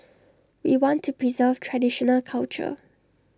we want to preserve traditional culture